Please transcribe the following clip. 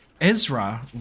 Ezra